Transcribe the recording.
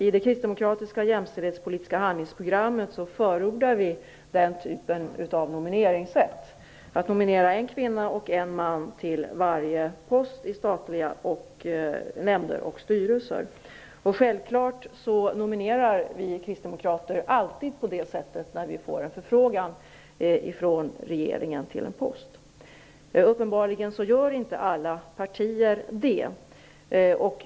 I det kristdemokratiska jämställdhetspolitiska handlingsprogrammet förordar vi den typen av nomineringsförfarande, dvs. att nominera en kvinna och en man till varje post i statliga nämnder och styrelser. Självfallet nominerar vi kristdemokrater alltid på det sättet när vi får en förfrågan från regeringen. Uppenbarligen gör inte alla partier det.